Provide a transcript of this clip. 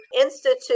institute